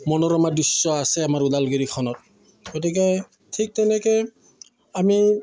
মনোৰমা দৃশ্য আছে আমাৰ ওদালগুৰিখনত গতিকে ঠিক তেনেকৈ আমি